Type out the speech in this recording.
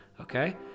okay